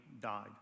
died